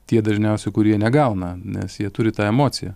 tie dažniausiai kurie negauna nes jie turi tą emociją